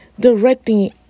Directing